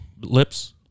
Lips